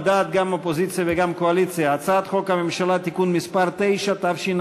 על דעת האופוזיציה וגם הקואליציה: הצעת חוק הממשלה (תיקון מס' 9),